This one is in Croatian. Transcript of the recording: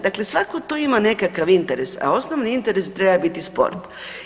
Dakle, svako tu ima nekakav interes, a osnovni interes treba biti sport.